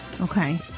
Okay